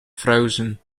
frozen